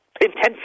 intense